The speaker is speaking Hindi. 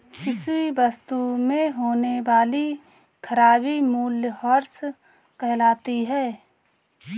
किसी वस्तु में होने वाली खराबी मूल्यह्रास कहलाती है